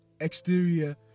exterior